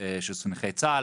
של נכי צה"ל